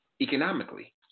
economically